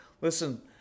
listen